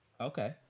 okay